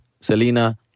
Selena